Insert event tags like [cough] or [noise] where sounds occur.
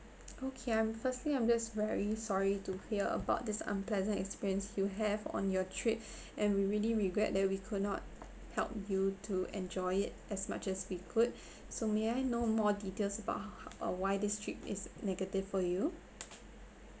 okay I'm firstly I'm just very sorry to hear about this unpleasant experience you have on your trip [breath] and we really regret that we could not help you to enjoy it as much as we could [breath] so may I know more details about h~ uh why this trip is negative for you